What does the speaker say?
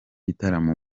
gitaramo